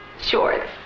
shorts